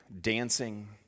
dancing